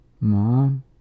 Mom